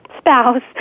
spouse